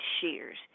shears